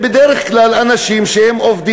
אלה בדרך כלל אנשים עובדים,